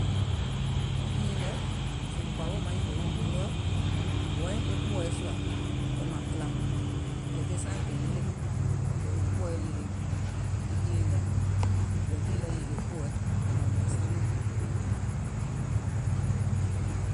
E jìiiŋ nɛ, sèèùm kɔ̀à wèè maŋ yìlè kpòòɛ, mùŋ hɔ̀ɔìŋ kpòòɛ sùà, kɛ̀ mȧŋ kìlà, kɛ̀ ke saaàŋ kè yilè, kɛ̀ kpòòɛ yìlè jìiiŋ nɛ, kɛ̀ jìiiŋ nɛ yìlè kpòòɛ kɛ̀ mȧŋ jɔ̀à saaŋ muìŋ.